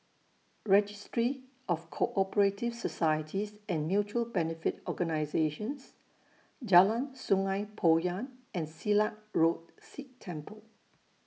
Registry of Co Operative Societies and Mutual Benefit Organisations Jalan Sungei Poyan and Silat Road Sikh Temple